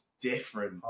Different